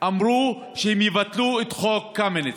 אמרו שהם יבטלו את חוק קמיניץ.